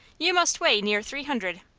you must weigh near three hundred.